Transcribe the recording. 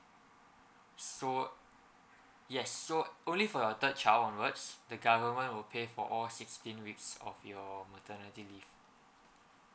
so yes so only for your third child onwards the government will pay for all sixteen weeks of your maternity leave